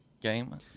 game